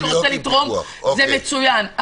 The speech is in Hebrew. שרוצה לתרום זה מצוין -- צריך להיות בפיקוח.